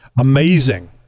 amazing